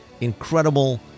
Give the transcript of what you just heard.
incredible